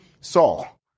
Saul